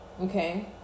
okay